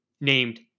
named